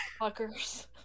fuckers